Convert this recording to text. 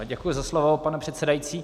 Děkuji za slovo, pane předsedajícího.